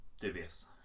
dubious